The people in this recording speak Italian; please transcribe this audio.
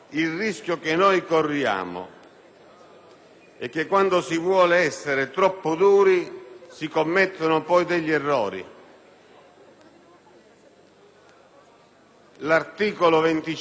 è che quando si vuole essere troppo duri si commettano poi degli errori. L'articolo 25 della Costituzione